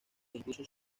incluso